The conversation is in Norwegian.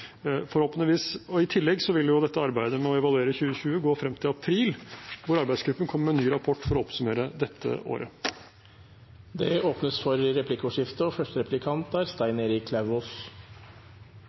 I tillegg vil arbeidet med å evaluere 2020 gå frem til april, da arbeidsgruppen kommer med en ny rapport for å oppsummere dette året. Det blir replikkordskifte. Det var ikke særlig beroligende å høre statsråden si at det er